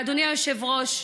אדוני היושב-ראש,